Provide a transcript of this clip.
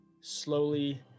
slowly